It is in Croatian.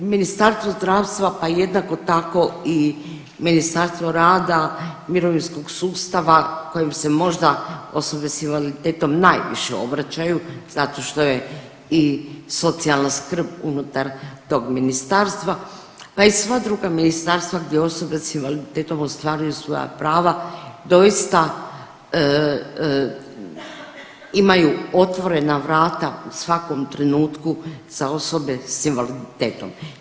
Ministarstvo zdravstva pa jednako tako i Ministarstvo rada i mirovinskog sustava kojem se možda osobe s invaliditetom najviše obraćaju zato što je i socijalna skrb unutar tog ministarstva, pa i sva druga ministarstva gdje osobe s invaliditetom ostvaruju svoja prava, doista imaju otvorena vrata u svakom trenutku za osobe s invaliditetom.